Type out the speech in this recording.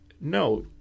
No